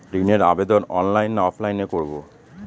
ঋণের আবেদন অনলাইন না অফলাইনে করব?